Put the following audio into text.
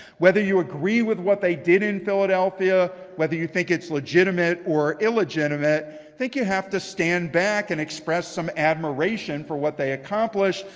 whether you agree with what they did in philadelphia, whether you think it's legitimate or illegitimate, i think you have to stand back, and express some admiration for what they accomplished,